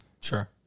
Sure